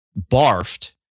barfed